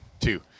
two